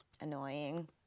annoying